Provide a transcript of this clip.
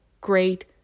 great